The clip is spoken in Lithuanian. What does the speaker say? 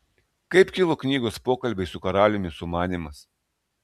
kaip kilo knygos pokalbiai su karaliumi sumanymas